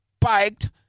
biked